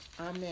Amen